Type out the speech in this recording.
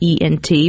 ENT